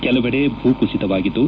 ಕೆಲವೆಡೆ ಭೂ ಕುಸಿತವಾಗಿದ್ದು